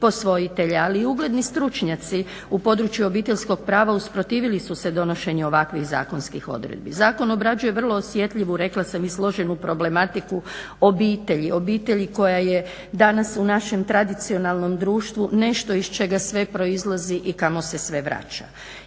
ali i ugledni stručnjaci u području obiteljskog prava usprotivili su se donošenju ovakvih zakonskih odredbi. Zakon obrađuje vrlo osjetljivu, rekla sam, i složenu problematiku obitelji, obitelji koja je danas u našem tradicionalnom društvu nešto iz čega sve proizlazi i kamo se sve vraća.